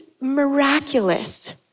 miraculous